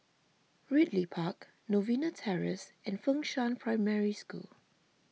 Ridley Park Novena Terrace and Fengshan Primary School